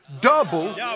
double